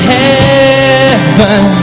heaven